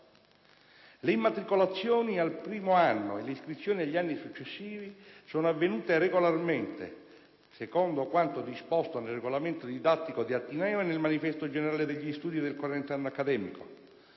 Le immatricolazioni al primo anno e le iscrizioni agli anni successivi sono avvenute regolarmente secondo quanto disposto nel regolamento didattico di ateneo e nel Manifesto generale degli studi del corrente anno accademico: